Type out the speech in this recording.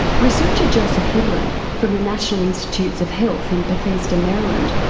researcher joseph hibbelin from the national institute of health in bethesda, maryland,